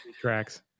tracks